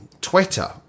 Twitter